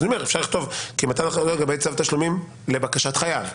אפשר לכתוב צו תשלומים לבקשת חייב,